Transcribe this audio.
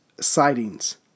sightings